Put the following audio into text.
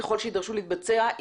ככל שיידרש להתבצע,